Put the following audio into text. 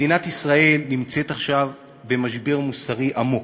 מדינת ישראל נמצאת עכשיו במשבר מוסרי עמוק.